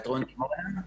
בתיאטרון דימונה?